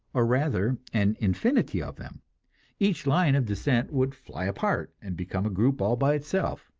or rather an infinity of them each line of descent would fly apart, and become a group all by itself.